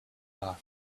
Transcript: cloth